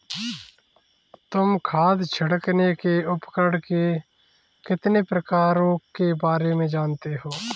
तुम खाद छिड़कने के उपकरण के कितने प्रकारों के बारे में जानते हो?